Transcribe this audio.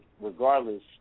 regardless